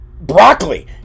Broccoli